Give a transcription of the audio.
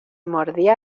mordía